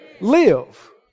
Live